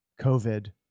COVID